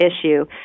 issue